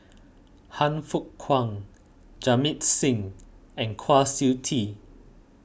Han Fook Kwang Jamit Singh and Kwa Siew Tee